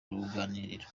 ruganiriro